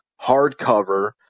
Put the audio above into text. hardcover